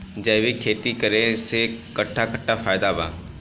जैविक खेती करे से कट्ठा कट्ठा फायदा बा?